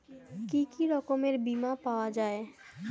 কি কি রকমের বিমা পাওয়া য়ায়?